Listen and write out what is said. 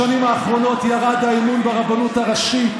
בשנים האחרונות ירד האמון ברבנות הראשית